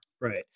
Right